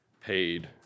paid